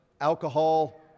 alcohol